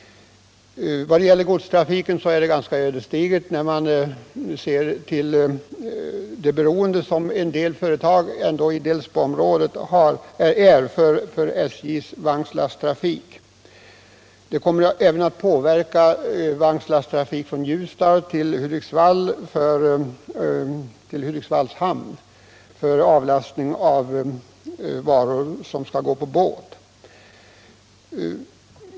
Vad gäller godstrafiken ter det sig ganska ödesdigert när man ser hur beroende en del företag i Delsboområdet ändå är av SJ:s vagnslasttrafik. Ändringen kommer även att påverka vagnslasttrafik från Ljusdal till Hudiksvalls hamn där avlastning sker av varor som skall gå med båt.